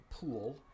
pool